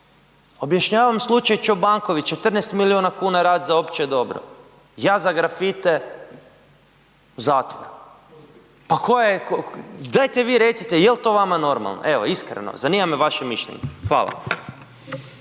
Objašnjavam slučaj Čobanković, 14 milijuna kuna rad za opće dobro, ja za grafite u zatvor. Dajte vi recite, jel to vama normalno? Evo iskreno, zanima me vaše mišljenje. Hvala.